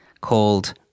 called